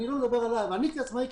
אבל אני כעצמאי,